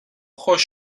خوش